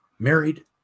Married